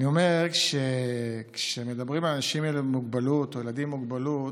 אני אומר שכשמדברים על אנשים עם מוגבלות או ילדים עם מוגבלות,